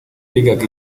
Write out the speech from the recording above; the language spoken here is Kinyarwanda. bigaga